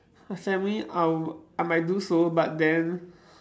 my family I will I might do so but then